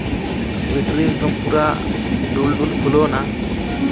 battery ᱮᱠᱫᱚᱢ ᱯᱩᱨᱟᱹ ᱰᱩᱞ ᱰᱩᱞ ᱯᱷᱩᱞᱟᱹᱣᱮᱱᱟ